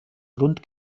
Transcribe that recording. rund